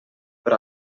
per